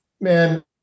man